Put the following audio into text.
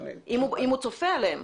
אם הוא צופה עליהם,